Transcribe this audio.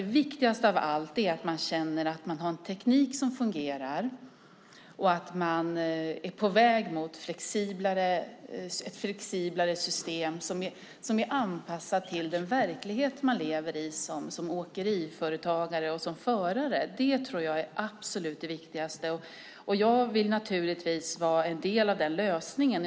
Det viktigaste av allt tror jag är att man känner att man har en teknik som fungerar och att man är på väg mot ett flexiblare system som är anpassat till den verklighet man lever i som åkeriföretagare och förare. Det tror jag är det absolut viktigaste. Jag vill naturligtvis vara en del av lösningen.